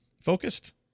focused